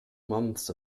months